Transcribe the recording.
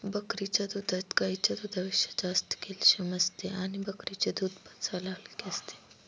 बकरीच्या दुधात गाईच्या दुधापेक्षा जास्त कॅल्शिअम असते आणि बकरीचे दूध पचायला हलके असते